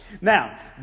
Now